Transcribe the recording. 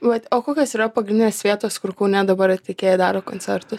vat o kokios yra pagrindinės vietos kur kaune dabar atlikėjai daro koncertus